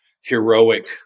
heroic